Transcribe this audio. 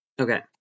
Okay